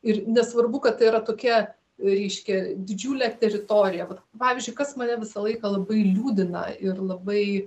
ir nesvarbu kad tai yra tokia reiškia didžiulė teritorija vat pavyzdžiui kas mane visą laiką labai liūdina ir labai